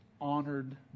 honored